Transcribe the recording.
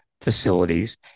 facilities